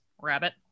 rabbit